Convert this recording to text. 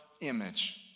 image